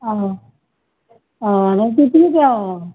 অঁ অঁ নহয় পিলপিলিত যাম